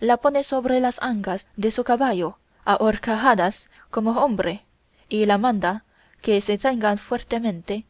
la pone sobre las ancas de su caballo a horcajadas como hombre y la manda que se tenga fuertemente